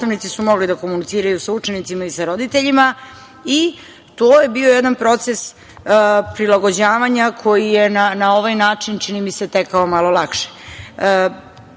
Nastavnici su mogli da komuniciraju sa učenicima i sa roditeljima i to je bio jedan proces prilagođavanja koji je na ovaj način, čini mi se, tekao malo lakše.